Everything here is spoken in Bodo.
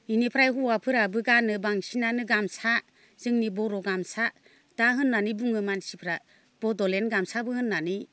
बेनिफ्राय हौवाफोराबो गानो बांसिनानो गामसा जोंनि बर' गामसा दा होननानै बुङो मानसिफ्रा बड'लेण्ड गामसाबो होननानै